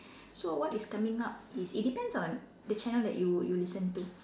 so what is coming up is it depends on the channel that you you listen to